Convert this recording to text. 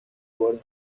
برد